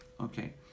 okay